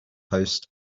post